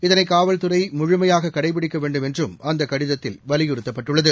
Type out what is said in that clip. இதனை காவல்துறை முழுமையாக கடைப்பிடிக்க வேண்டும் என்றும் அந்த கடிதத்தில் வலியுறுத்தப்பட்டுள்ளது